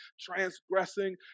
transgressing